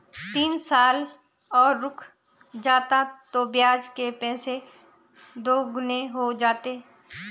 तीन साल और रुक जाता तो ब्याज के पैसे दोगुने हो जाते